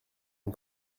une